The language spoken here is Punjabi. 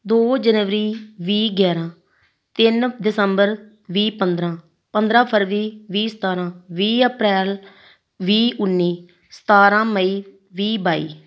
ਦੋ ਜਨਵਰੀ ਵੀਹ ਗਿਆਰ੍ਹਾਂ ਤਿੰਨ ਦਸੰਬਰ ਵੀਹ ਪੰਦਰ੍ਹਾਂ ਪੰਦਰ੍ਹਾਂ ਫਰਵਰੀ ਵੀਹ ਸਤਾਰ੍ਹਾਂ ਵੀਹ ਅਪ੍ਰੈਲ ਵੀਹ ਉੱਨੀ ਸਤਾਰ੍ਹਾਂ ਮਈ ਵੀਹ ਬਾਈ